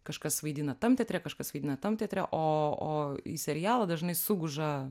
kažkas vaidina tam teatre kažkas vaidina tam teatre o o į serialą dažnai suguža